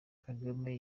kagame